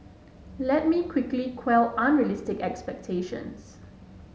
let me quickly quell unrealistic expectations